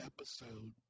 episode